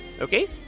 Okay